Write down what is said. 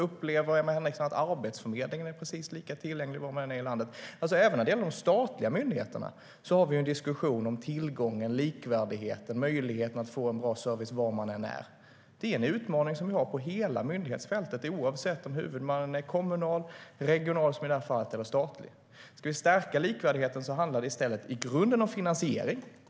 Upplever Emma Henriksson att Arbetsförmedlingen är precis lika tillgänglig var man än är i landet? Även när det gäller de statliga myndigheterna har vi en diskussion om tillgången, likvärdigheten och möjligheten att få bra service var man än är. Det är en utmaning som vi har på hela myndighetsfältet, oavsett om huvudmannen är kommunal, regional, som i detta fall, eller statlig. Ska vi stärka likvärdigheten handlar det i stället i grunden om finansiering.